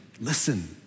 Listen